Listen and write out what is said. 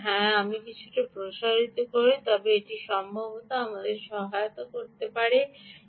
সুতরাং যদি আমি হ্যাঁ কিছুটা প্রসারিত করি তবে এটি সম্ভবত আমাদের সহায়তা করতে পারে